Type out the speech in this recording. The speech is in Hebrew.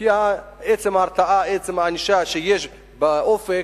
כי עצם ההרתעה היא הענישה שיש באופק,